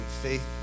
faith